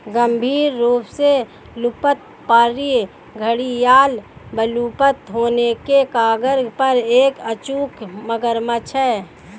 गंभीर रूप से लुप्तप्राय घड़ियाल विलुप्त होने के कगार पर एक अचूक मगरमच्छ है